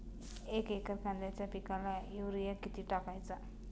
एक एकर कांद्याच्या पिकाला युरिया किती टाकायचा?